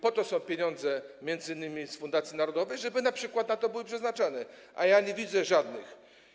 Po to są pieniądze, m.in. Polskiej Fundacji Narodowej, żeby np. na to były przeznaczane, a ja nie widzę żadnych.